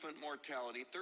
mortality